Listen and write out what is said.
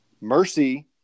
Mercy